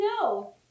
no